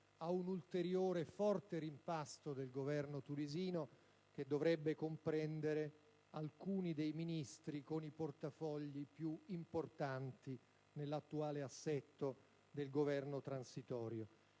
ad un ulteriore forte rimpasto del Governo tunisino che dovrebbe riguardare alcuni dei Ministri i con portafogli più importanti dell'attuale Governo transitorio.